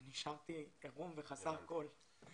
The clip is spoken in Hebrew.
ונשארתי עירום וחסר כול.